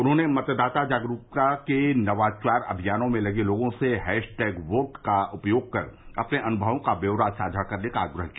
उन्होंने मतदाता जागरूकता के नवाचार अभियानों में लगे लोगों से हैशटेग वोट का उपयोग कर अपने अनुभवों का ब्यौरा साझा करने का आग्रह किया